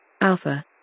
Alpha